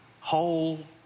whole